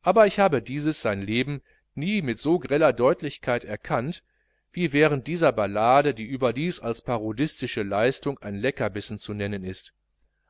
aber ich habe dieses sein leben nie mit so greller deutlichkeit erkannt wie während dieser ballade die überdies als parodistische leistung ein leckerbissen zu nennen ist